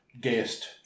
guest